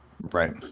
Right